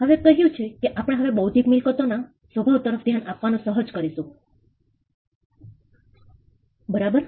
હવે કહ્યું છે કે આપણે હવે બૌદ્ધિક મિલકતો ના સ્વભાવ તરફ ધ્યાન આપવાનું સાહસ કરીશું બરાબર